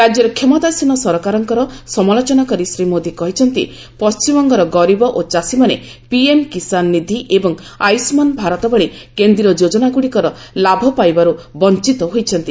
ରାଜ୍ୟର କ୍ଷମତାସୀନ ସରକାରଙ୍କର ସମାଲୋଚନା କରି ଶୀମୋଦୀ କହିଛନ୍ତି ପଶ୍ଚିମବଙ୍ଗର ଗରିବ ଓ ଚାଷୀମାନେ ପିଏମ କିଶାନନିଧି ଏବଂ ଆୟୁଷ୍ମାନ ଭାରତ ଭଳି କେନ୍ଦ୍ରୀୟ ଯୋଜନାଗୁଡିକର ଲାଭ ପାଇବାରୁ ବଞ୍ଚିତ ହୋଇଛନ୍ତି